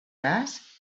nas